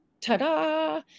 ta-da